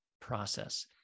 process